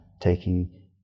taking